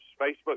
Facebook